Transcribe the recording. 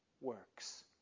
works